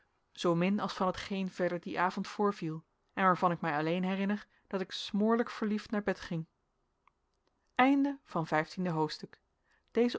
zoomin als van hetgeen verder dien avond voorviel en waarvan ik mij alleen herinner dat ik smoorlijk verliefd naar bed ging zestiende hoofdstuk